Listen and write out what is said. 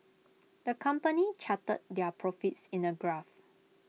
the company charted their profits in A graph